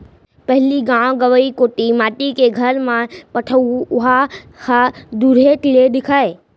पहिली गॉव गँवई कोती माटी के घर म पटउहॉं ह दुरिहेच ले दिखय